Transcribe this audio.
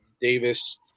Davis